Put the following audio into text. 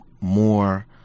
more